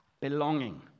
belonging